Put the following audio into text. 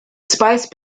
spice